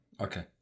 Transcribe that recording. Okay